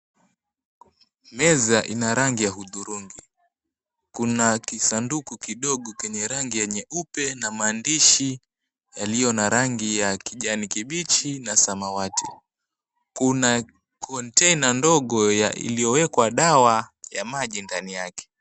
Meza ina rangi ya hudhurungi, kuna kisanduku kidogo kwenye rangi ya nyeupe na maandishi yaliyo na rangi ya kijani kibichi na samawati. Kuna kontena ndogo iliyowekwa dawa ya maji ndani yake.